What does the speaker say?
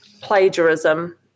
plagiarism